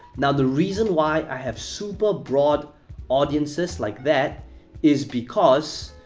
now, the reason why i have super-broad audiences like that is because,